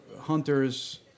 hunters